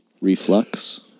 reflux